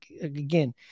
again